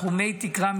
סכומי תקרה,